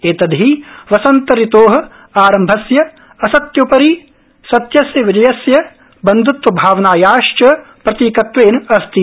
एतदधि वसन्तऋतो आरम्भस्य असत्योपरि सत्यस्य विजयस्य बन्ध्त्वभावनायाश्च प्रतीकत्वेन अस्ति